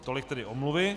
Tolik tedy omluvy.